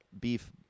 beef